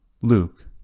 Luke